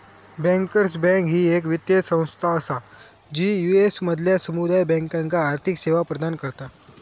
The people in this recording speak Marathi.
बँकर्स बँक ही येक वित्तीय संस्था असा जी यू.एस मधल्या समुदाय बँकांका आर्थिक सेवा प्रदान करता